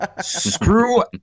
Screw